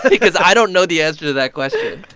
because i don't know the answer to that question. i.